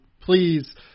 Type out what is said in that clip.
Please